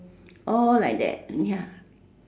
all like that ya